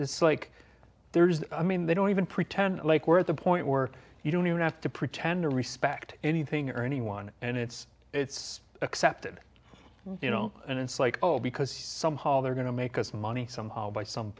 it's like they're just i mean they don't even pretend like we're at the point work you don't even have to pretend to respect anything or anyone and it's it's accepted you know and it's like oh because somehow they're going to make us money somehow by